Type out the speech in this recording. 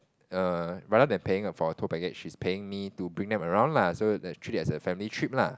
err rather than paying then for a tour package she's paying me to bring them around lah so treat it as a family trip lah